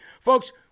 Folks